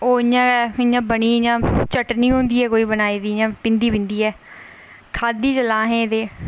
ओह् इं'या बनी जि'यां कोई चटनी होंदी ऐ कोई बना दी मिं'दी मिं'दियै खाद्धी जेल्लै असें ते